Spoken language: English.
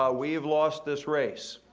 ah we've lost this race.